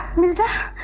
mirza.